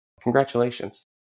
Congratulations